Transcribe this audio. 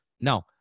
No